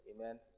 Amen